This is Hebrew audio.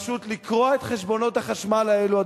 פשוט לקרוע את חשבונות החשמל האלו,